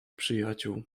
przyjaciół